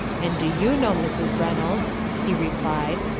and do you know, mrs. reynolds, he replied,